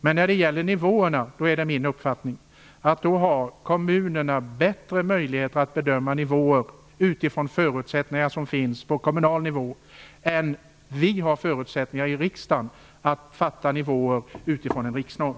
Men när det gäller nivåerna är det min uppfattning att kommunerna har bättre möjlighet att göra bedömningar, utifrån förutsättningar som finns på kommunal nivå. Vi i riksdagen har sämre förutsättningar att fatta beslut om nivåer utifrån en riksnorm.